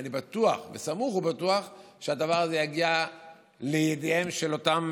אני סמוך ובטוח שהדבר הזה יגיע לידיהם של אותם